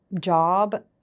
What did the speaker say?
job